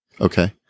Okay